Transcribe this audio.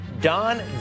Don